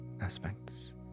aspects